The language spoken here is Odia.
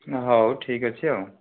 ହେଉ ଠିକ୍ ଅଛି ଆଉ